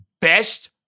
best